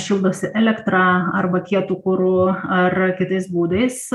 šildosi elektra arba kietu kuru ar kitais būdais